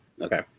Okay